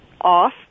off